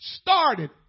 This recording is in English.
started